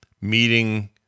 meeting